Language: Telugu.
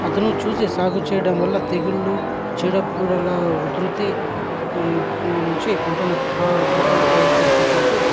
అదును చూసి సాగు చేయడం వల్ల తెగుళ్ళు చీడపీడల ఉధృతి నుంచి పంటను కాపాడుకోవటంతో పాటు